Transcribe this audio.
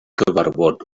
cyfarfod